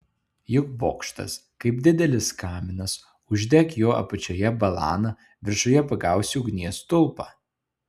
juk bokštas kaip didelis kaminas uždek jo apačioje balaną viršuje pagausi ugnies stulpą